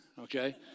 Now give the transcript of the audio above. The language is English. okay